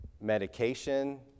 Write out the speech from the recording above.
medication